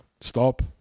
stop